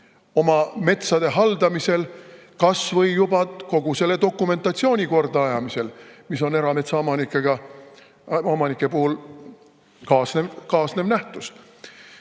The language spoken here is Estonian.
oma metsade haldamisel, kas või juba kogu selle dokumentatsiooni kordaajamisel, mis on erametsaomanike puhul kaasnev nähtus.